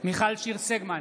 מיכל שיר סגמן,